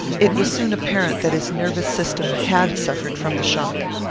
it was soon apparent that his nervous system had suffered from the shock.